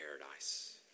paradise